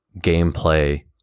gameplay